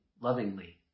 lovingly